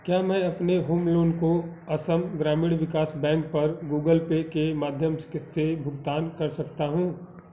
क्या मैं अपने होम लोन को असम ग्रामीण विकास बैंक पर गूगल पे के माध्यम के से भुगतान कर सकता हूँ